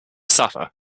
suffer